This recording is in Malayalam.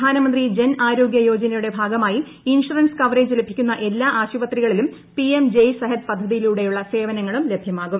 പ്രധാനമന്ത്രി ജൻ ആരോഗൃയോജനയുടെ ഭാഗമായി ഇൻഷുറൻസ് കവറേജ് ലഭിക്കുന്ന എല്ലാ ആശുപത്രികളിലും പിഎം ജയ് സെഹത് പദ്ധതിയിലൂടെയുള്ള സേവനങ്ങളും ലഭ്യമാകും